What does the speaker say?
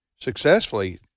successfully